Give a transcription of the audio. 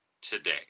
today